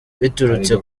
biturutse